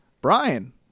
Brian